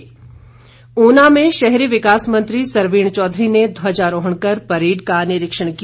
ऊना समारोह ऊना में शहरी विकास मंत्री सरवीण चौधरी ने ध्वजारोहण कर परेड का निरीक्षण किया